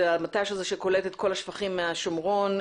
זה המט"ש שקולט את כל השפכים מהשומרון,